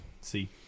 See